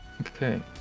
okay